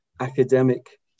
academic